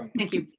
thank you.